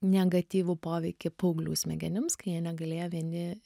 negatyvų poveikį paauglių smegenims kai jie negalėjo vieni